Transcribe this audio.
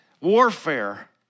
warfare